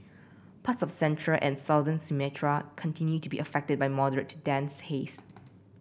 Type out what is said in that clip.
parts of central and southern Sumatra continue to be affected by moderate to dense haze